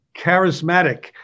charismatic